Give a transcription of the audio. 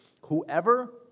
whoever